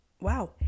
wow